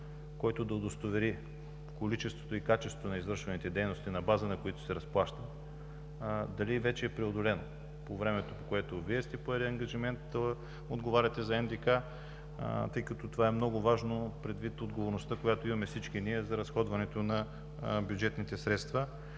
който да удостовери количеството и качеството на извършваните дейности, на база на които се разплаща, дали вече е преодоляна по времето, по което Вие сте поели ангажимент да отговаряте за НДК? Това е много важно предвид отговорността, която имаме всички ние за разходването на бюджетните средства.